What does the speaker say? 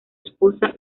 esposa